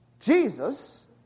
Jesus